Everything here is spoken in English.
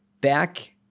back